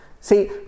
See